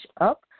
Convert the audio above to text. up